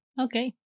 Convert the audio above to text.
Okay